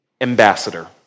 Ambassador